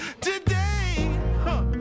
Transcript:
today